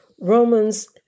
Romans